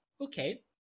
okay